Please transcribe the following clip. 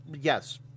Yes